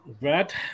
Brad